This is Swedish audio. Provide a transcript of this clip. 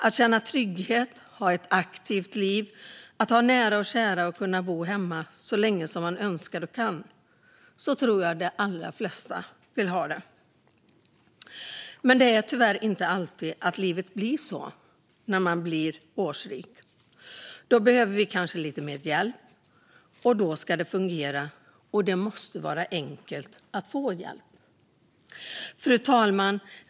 Att känna trygghet, ha ett aktivt liv, ha nära och kära och kunna bo hemma så länge man önskar och kan - så tror jag att de allra flesta vill ha det. Men det är tyvärr inte alltid livet blir så när man blir årsrik. Då behöver vi kanske lite mer hjälp, och då ska det fungera. Det måste vara enkelt att få hjälp. Fru talman!